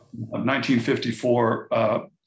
1954